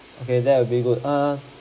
okay that would be good ah